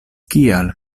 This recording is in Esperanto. kial